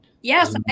yes